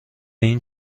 این